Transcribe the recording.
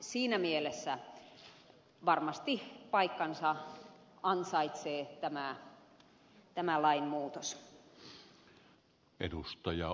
siinä mielessä varmasti paikkansa ansaitsee tämä lainmuutos